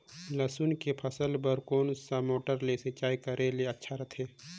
लसुन के फसल बार कोन मोटर ले सिंचाई करे ले अच्छा रथे?